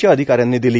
च्या अधिकाऱ्यांनी दिली